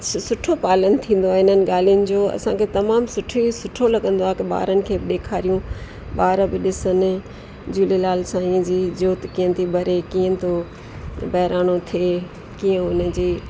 सु सुठो पालन थींदो आहे इन्हनि ॻाल्हियुनि जो ऐं असांखे तमामु सुठी सुठो लॻंदो आहे की ॿारनि खे बि ॾेखारियूं ॿार बि ॾिसनि झूलेलाल साईं जी जोति कीअं थी ॿरे कीअं थो बहिराणो थिए कीअं उन जे